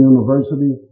University